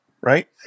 Right